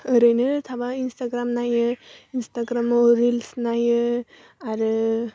ओरैनो थाबा इन्सटाग्राम नायो इन्सटाग्रामाव रिल्स नायो आरो